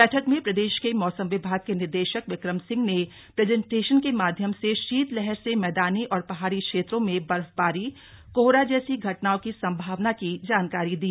बैठक में प्रदेश के मौसम विभाग के निदेशक विक्रम सिंह ने प्रेजेन्टेशन के माध्यम से शीतलहर से मैदानी और पहाड़ी क्षेत्रों में बर्फबारी कोहरा जैसी घटनाओं की संभावना की जानकारी दी